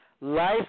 Life